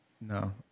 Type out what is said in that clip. No